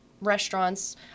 restaurants